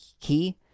key